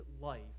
life